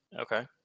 Okay